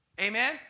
Amen